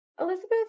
elizabeth